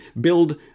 build